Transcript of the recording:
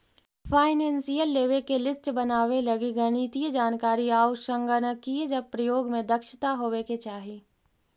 financial लेवे के list बनावे लगी गणितीय जानकारी आउ संगणकीय प्रयोग में दक्षता होवे के चाहि